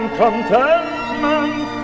contentment